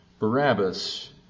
Barabbas